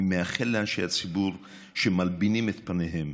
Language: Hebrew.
אני מאחל לאנשי הציבור שמלבינים את פניהם,